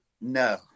No